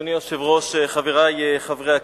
אדוני היושב-ראש, חברי חברי הכנסת,